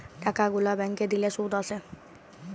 টাকা গুলা ব্যাংকে দিলে শুধ আসে